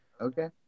okay